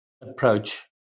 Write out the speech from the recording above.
approach